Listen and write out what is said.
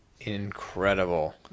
incredible